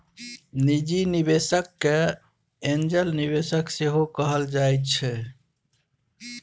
निजी निबेशक केँ एंजल निबेशक सेहो कहल जाइ छै